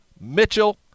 Mitchell